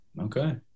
Okay